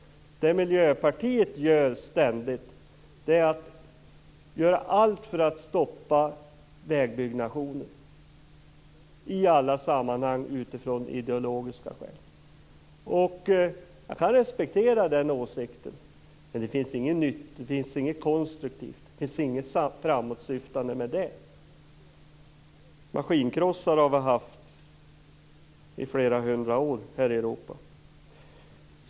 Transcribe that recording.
Vad Miljöpartiet ständigt gör i alla sammanhang är att göra allt för att stoppa vägbyggnationer av ideologiska skäl. Jag kan respektera deras åsikt, men det finns inget nytt, konstruktivt och framåtsyftande med den. Maskinkrossare har vi haft i flera hundra år här i Europa.